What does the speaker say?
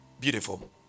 Beautiful